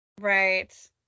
Right